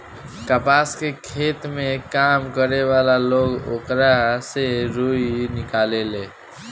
कपास के खेत में काम करे वाला लोग ओकरा से रुई निकालेले